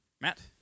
Matt